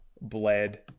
bled